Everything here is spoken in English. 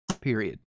Period